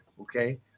Okay